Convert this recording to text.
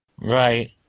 Right